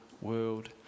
world